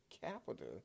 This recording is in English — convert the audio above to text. capital